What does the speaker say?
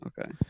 Okay